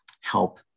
help